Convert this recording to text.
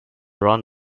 run